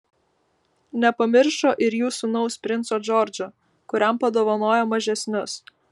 nepamiršo ir jų sūnaus princo džordžo kuriam padovanojo mažesnius